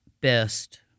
best